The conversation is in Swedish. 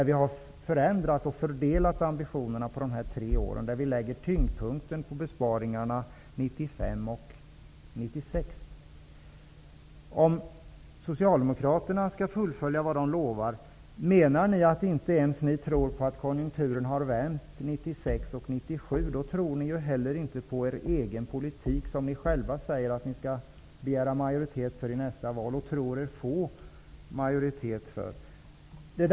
Vi har förändrat ambitionerna och fördelat besparingarna på de tre åren och lägger tyngdpunkten på besparingarna 1995 och 1996. Om ni socialdemokrater skall fullfölja vad ni lovar, menar ni att ni inte ens tror på att konjunkturen kommer att ha vänt 1996 och 1997? Då tror ni inte själva på politiken som ni säger att ni skall begära majoritet för och tror er få majoritet för i nästa val.